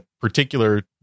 particular